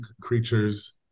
creatures